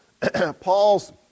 Paul's